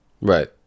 Right